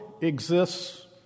exists